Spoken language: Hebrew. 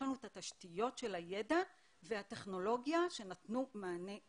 לנו את התשתיות של הידע והטכנולוגיה שנתנו מענה לסיפור.